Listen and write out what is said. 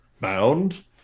bound